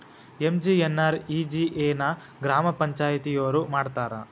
MGNREGA ನ ಗ್ರಾಮ ಪಂಚಾಯತಿಯೊರ ಮಾಡ್ತಾರಾ?